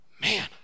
Man